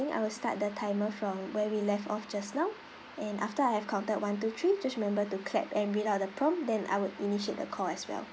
I will start the timer from where we left off just now and after I have counted one two three just remember to clap and read out the prompt then I would initiate the call as well